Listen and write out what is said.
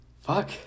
fuck